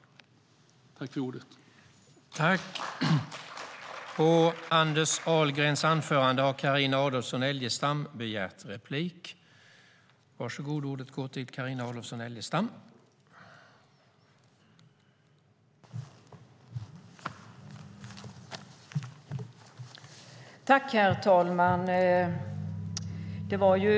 I detta anförande instämde Daniel Bäckström och Helena Lindahl samt Hans Rothenberg .